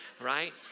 right